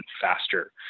faster